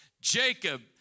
Jacob